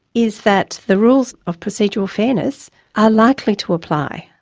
is that the rules of procedural fairness are likely to apply.